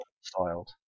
styled